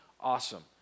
awesome